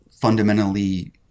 fundamentally